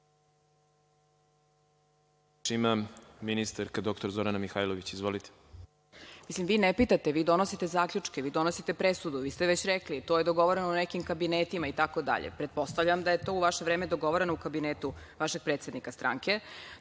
ima ministar. **Zorana Mihajlović** Vi ne pitate, vi donosite zaključke, vi donosite presudu. Vi ste već rekli – to je dogovoreno u nekim kabinetima itd. Pretpostavljam da je to u vaše vreme dogovoreno u kabinetu vašeg predsednika stranke.